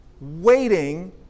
waiting